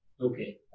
Okay